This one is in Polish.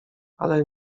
ale